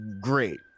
Great